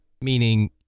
Meaning